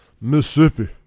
Mississippi